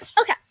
Okay